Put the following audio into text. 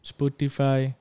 Spotify